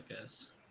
guess